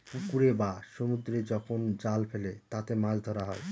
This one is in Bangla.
পুকুরে বা সমুদ্রে যখন জাল ফেলে তাতে মাছ ধরা হয়